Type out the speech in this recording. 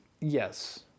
Yes